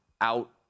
out